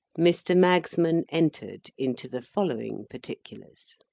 mr. magsman entered into the following particulars.